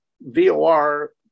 VOR